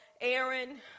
Aaron